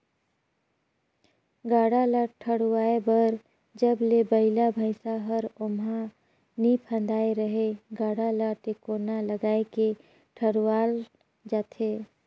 गाड़ा ल ठडुवारे बर जब ले बइला भइसा हर ओमहा नी फदाय रहेए गाड़ा ल टेकोना लगाय के ठडुवारल जाथे